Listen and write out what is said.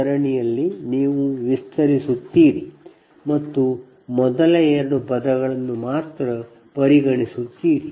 ಸರಣಿಯ 2 ಪದಗಳನ್ನು ಮಾತ್ರ ಪರಿಗಣಿಸುತ್ತೀರಿ